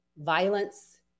Violence